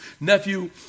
nephew